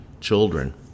children